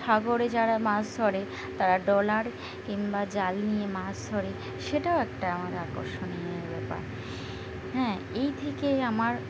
সাগরে যারা মাছ ধরে তারা ট্রলার কিংবা জাল নিয়ে মাছ ধরে সেটাও একটা আমাদের আকর্ষণীয় ব্যাপার হ্যাঁ এই থেকেই আমার